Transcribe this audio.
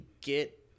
get